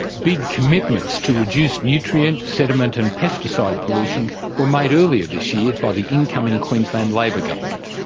big commitments to reduce nutrient, sediment and pesticide pollution were made earlier this year by the incoming queensland labor government.